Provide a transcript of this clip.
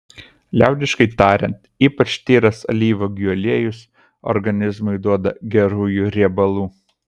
liaudiškai tariant ypač tyras alyvuogių aliejus organizmui duoda gerųjų riebalų